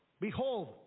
Behold